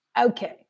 Okay